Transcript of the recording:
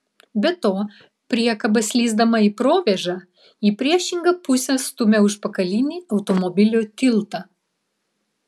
be to priekaba slysdama į provėžą į priešingą pusę stumia užpakalinį automobilio tiltą